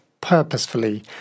purposefully